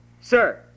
Sir